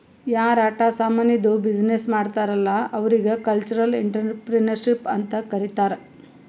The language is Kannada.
ಯಾರ್ ಆಟ ಸಾಮಾನಿದ್ದು ಬಿಸಿನ್ನೆಸ್ ಮಾಡ್ತಾರ್ ಅಲ್ಲಾ ಅವ್ರಿಗ ಕಲ್ಚರಲ್ ಇಂಟ್ರಪ್ರಿನರ್ಶಿಪ್ ಅಂತ್ ಕರಿತಾರ್